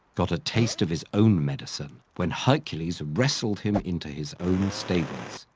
got a taste of his own medicine when hercules wrestled him into his own stables.